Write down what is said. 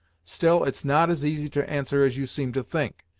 still it's not as easy to answer as you seem to think,